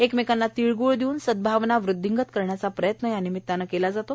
एकमेकांना तिळगुळ देऊन सदभावना वेदधींगत करण्याचा प्रयत्न या निमित्तानं केला जातो